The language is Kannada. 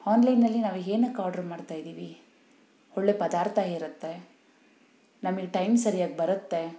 ಆನ್ಲೈನಲ್ಲಿ ನಾವು ಏನಕ್ಕೆ ಆರ್ಡ್ರ್ ಮಾಡ್ತಾಯಿದೀವಿ ಒಳ್ಳೆ ಪದಾರ್ಥ ಇರುತ್ತೆ ನಮಿಗೆ ಟೈಮ್ ಸರಿಯಾಗಿ ಬರುತ್ತೆ